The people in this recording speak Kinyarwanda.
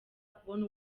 kubona